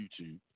YouTube